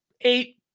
Eight